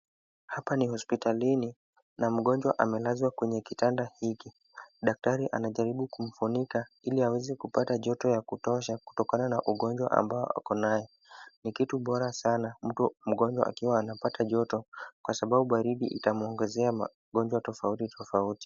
Hapa ni hospitalini na mgonjwa amelazwa kwenye kitanda hiki. Daktari anajaribu kumfunika ili aweze kupata joto ya kutosha, kutokana na ugonjwa ambao ako nayo. Ni kitu bora sana mtu mgonjwa akiwa anapata joto, kwa sababu baridi itamuongezea magonjwa tofauti tofauti.